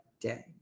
day